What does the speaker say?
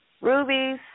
Rubies